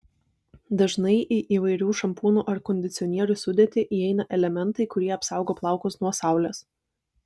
dažnai į įvairių šampūnų ar kondicionierių sudėtį įeina elementai kurie apsaugo plaukus nuo saulės